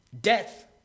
Death